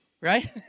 Right